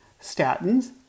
statins